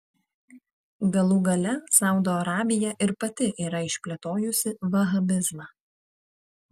galų gale saudo arabija ir pati yra išplėtojusi vahabizmą